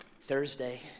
Thursday